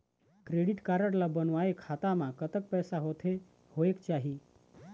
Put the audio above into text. Credit card ला बनवाए खाता मा कतक पैसा होथे होएक चाही?